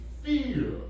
fear